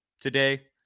today